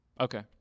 Okay